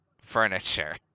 furniture